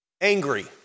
angry